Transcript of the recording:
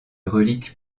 relique